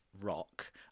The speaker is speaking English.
rock